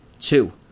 two